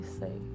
say